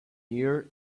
ear